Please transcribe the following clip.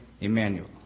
Emmanuel